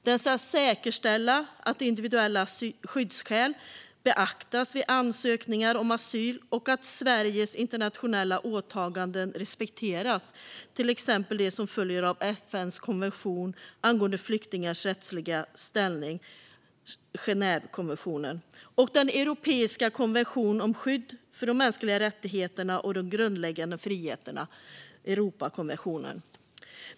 Den ska säkerställa att individuella skyddsskäl beaktas vid ansökningar om asyl och att Sveriges internationella åtaganden respekteras, till exempel de som följer av FN:s konvention angående flyktingars rättsliga ställning, Genèvekonventionen, och den europeiska konventionen om skydd för de mänskliga rättigheterna och de grundläggande friheterna, Europakonventionen.